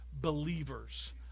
believers